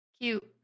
Cute